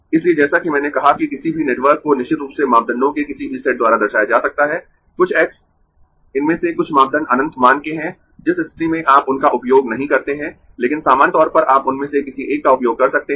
इसलिए जैसा कि मैंने कहा कि किसी भी नेटवर्क को निश्चित रूप से मापदंडों के किसी भी सेट द्वारा दर्शाया जा सकता है कुछ × इनमें से कुछ मापदंड अनंत मान के हैं जिस स्थिति में आप उनका उपयोग नहीं करते है लेकिन सामान्य तौर पर आप उनमें से किसी एक का उपयोग कर सकते है